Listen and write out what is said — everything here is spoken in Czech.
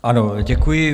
Ano, děkuji.